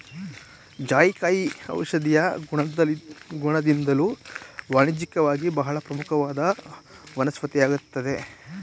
ಜಾಯಿಕಾಯಿ ಔಷಧೀಯ ಗುಣದಿಂದ್ದಲೂ ವಾಣಿಜ್ಯಿಕವಾಗಿ ಬಹಳ ಪ್ರಮುಖವಾದ ವನಸ್ಪತಿಯಾಗಯ್ತೆ